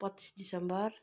पच्चिस दिसम्बर